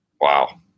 wow